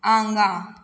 आँगा